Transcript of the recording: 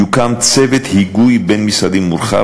יוקם צוות היגוי בין-משרדי מורחב,